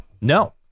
No